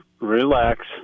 Relax